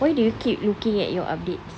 why do you keep looking at your updates